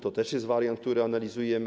To też jest wariant, który analizujemy.